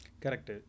Correct